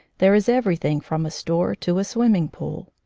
there is everything from a store to a swimming pool.